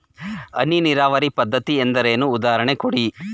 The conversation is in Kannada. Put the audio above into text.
ಹನಿ ನೀರಾವರಿ ಪದ್ಧತಿ ಎಂದರೇನು, ಉದಾಹರಣೆ ಕೊಡಿ?